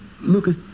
Lucas